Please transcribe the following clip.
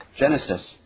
Genesis